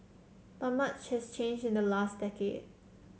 but much has changed in the last decade